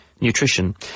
nutrition